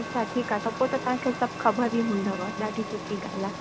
अच्छा ठीकु आहे त पोइ त तव्हांखे सभु ख़बर ई हूंदव ॾाढी सुठी ॻाल्हि आहे